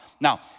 Now